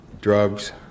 drugs